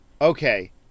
Okay